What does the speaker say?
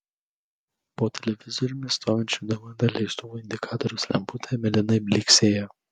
po televizoriumi stovinčio dvd leistuvo indikatoriaus lemputė mėlynai blyksėjo